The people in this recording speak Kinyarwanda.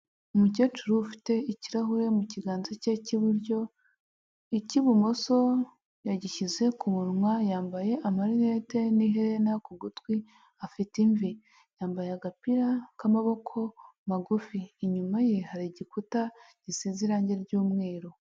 Umukecuru ufite ikirahure mu kiganza cye cy'iburyo, icy'ibumoso yagishyize ku munwa, yambaye amarinete n'iherena ku gutwi afite imvi, yambaye agapira k'amaboko magufi, inyuma ye hari igikuta gisize irangi ry'umweru.